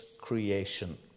creation